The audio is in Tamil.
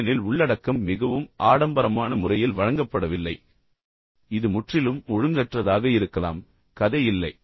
ஏனெனில் உள்ளடக்கம் மிகவும் ஆடம்பரமான முறையில் வழங்கப்படவில்லை இது முற்றிலும் ஒழுங்கற்றதாக இருக்கலாம் கதை வ இல்லை